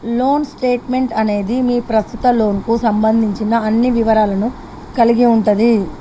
loan statement అనేది మీ ప్రస్తుత లోన్కు సంబంధించిన అన్ని వివరాలను కలిగి ఉంటది